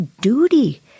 duty